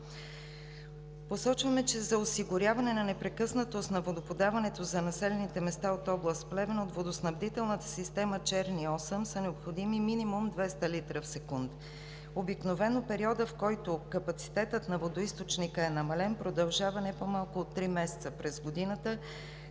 Посочваме, че за осигуряване на непрекъснатост на водоподаването за населените места от област Плевен от водоснабдителна система „Черни Осъм“ са необходими минимум 200 литра в секунда. Обикновено периодът, в който капацитетът на водоизточника е намален, продължава не по-малко от три месеца през годината,